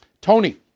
Tony